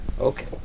Okay